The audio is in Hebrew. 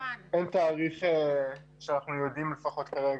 אין תאריך שאנחנו יודעים --- אני שמעתי שהתקציב מוכן.